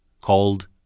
called